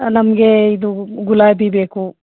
ನಮಗೆ ಇದು ಗುಲಾಬಿ ಬೇಕು